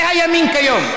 זה הימין כיום.